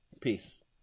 Peace